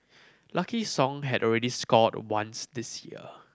Lucky Song had already scored once this year